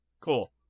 cool